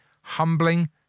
humbling